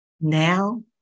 Now